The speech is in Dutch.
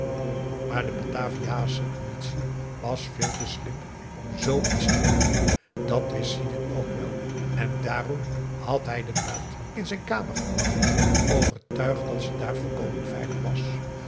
maar de bataviasche politie was veel te slim om zoo iets te doen dat wist sidin ook wel en daarom had hij den buit in zijn kamer gebracht overtuigd dat ze daar volkomen veilig was